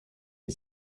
est